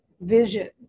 vision